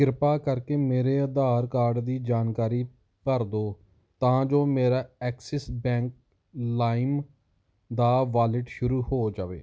ਕਿਰਪਾ ਕਰਕੇ ਮੇਰੇ ਆਧਾਰ ਕਾਰਡ ਦੀ ਜਾਣਕਾਰੀ ਭਰ ਦਿਓ ਤਾਂ ਜੋ ਮੇਰਾ ਐਕਸਿਸ ਬੈਂਕ ਲਾਇਮ ਦਾ ਵਾਲਿਟ ਸ਼ੁਰੂ ਹੋ ਜਾਵੇ